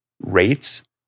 rates